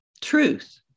truth